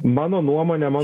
mano nuomone mano